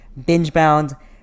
BingeBound